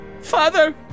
Father